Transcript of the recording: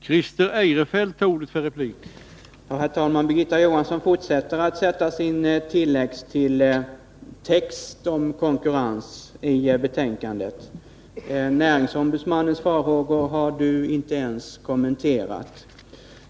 Herr talman! Birgitta Johansson fortsätter att sätta tilltro till betänkandets text om konkurrens. Näringsfrihetsombudsmannens farhågor har hon inte ens kommenterat.